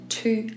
two